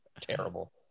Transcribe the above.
Terrible